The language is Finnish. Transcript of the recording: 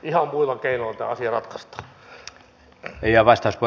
ihan muilla keinoilla tämä asia ratkaistaan